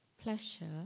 Pleasure